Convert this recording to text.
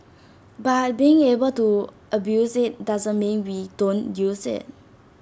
but being able to abuse IT doesn't mean we don't use IT